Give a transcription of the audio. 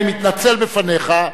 אני מתנצל בפניך,